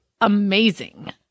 amazing